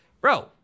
Bro